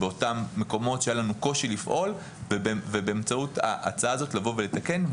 אותם מקומות שהיה לנו קושי לפעול ובאמצעות ההצעה הזו לתקן את זה.